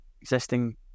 existing